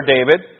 David